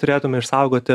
turėtume išsaugoti